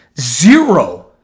zero